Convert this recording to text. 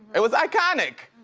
it was iconic.